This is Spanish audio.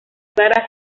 clara